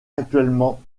actuellement